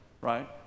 right